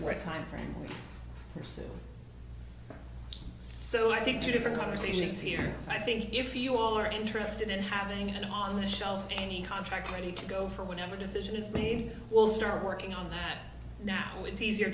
right timeframe so i think two different conversations here i think if you all are interested in having it on the shelf any contract ready to go for whatever decision is made we'll start working on that now it's easier